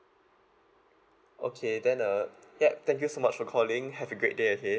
okay then uh yup thank you so much for calling have a great day ahead